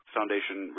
Foundation